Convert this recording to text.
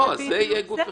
זה יהיה גוף אחד.